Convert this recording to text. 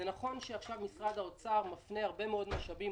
נכון שעכשיו משרד האוצר מפנה הרבה מאוד משאבים